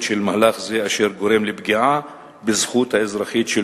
של מהלך זה אשר גורם לפגיעה בזכות האזרחית של